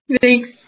Thanks